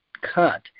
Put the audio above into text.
cut